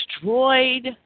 destroyed